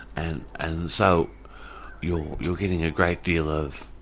and and so you're you're getting a great deal of